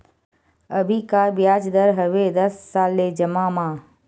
अभी का ब्याज दर हवे दस साल ले जमा मा?